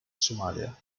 somalia